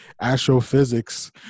astrophysics